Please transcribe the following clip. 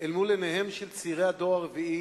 אל מול עיניהם של צעירי הדור הרביעי,